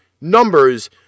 numbers